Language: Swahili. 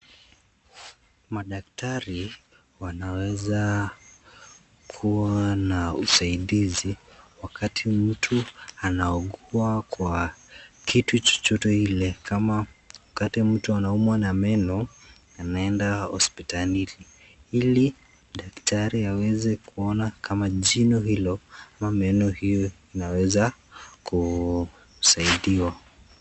Madaktari wanaweza kuwa na usaidizi wakati mtu anaugua kwa kitu chochote ile kama anapoumwa na meno anaenda hospitali ili daktari aweze kuona kama jino hiyo ama meno hiyo inaweza kusaidiwa.